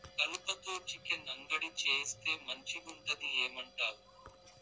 కలుపతో చికెన్ అంగడి చేయిస్తే మంచిగుంటది ఏమంటావు